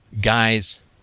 guys